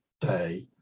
day